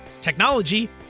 technology